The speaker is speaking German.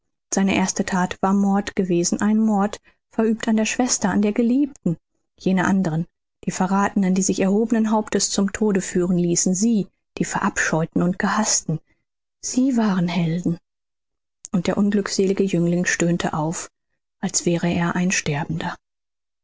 seine erste that war mord gewesen ein mord verübt an der schwester an der geliebten jene anderen die verrathenen die sich erhobenen hauptes zum tode führen ließen sie die verabscheuten und gehaßten sie waren helden und der unglückselige jüngling stöhnte auf als wäre er ein sterbender